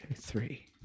three